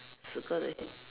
circle it